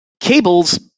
Cable's